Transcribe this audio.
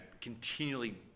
continually